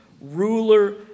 ruler